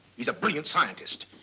he's a brilliant scientist.